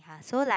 ah so like